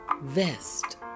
vest